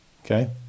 Okay